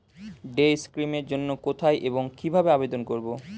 Day scheme এর জন্য কোথায় এবং কিভাবে আবেদন করব?